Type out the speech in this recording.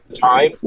time